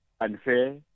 unfair